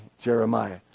Jeremiah